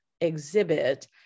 exhibit